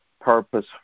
purpose